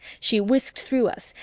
she whisked through us,